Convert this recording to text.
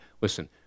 listen